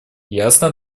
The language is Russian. ясно